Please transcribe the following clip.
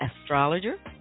astrologer